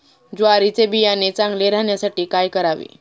ज्वारीचे बियाणे चांगले राहण्यासाठी काय करावे?